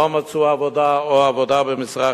מצאו עבודה או מצאו עבודה במשרה חלקית.